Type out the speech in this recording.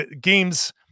games